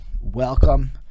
welcome